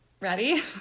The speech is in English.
Ready